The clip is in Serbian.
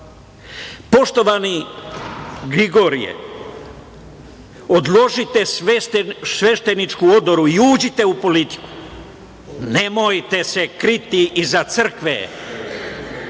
znamo. Poštovani Grigorije, odložite svešteničku odoru i uđite u politiku. Nemojte se kriti iza crkve.